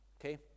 okay